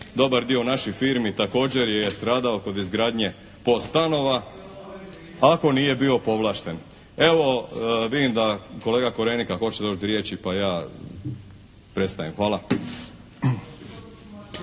dobar dio naših firmi također je stradao kod izgradnje POS stanova, ako nije bio povlašten. Evo vidim da kolega Korenika hoće doći do riječi, pa ja prestajem. Hvala.